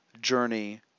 journey